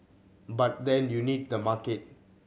but then you need the market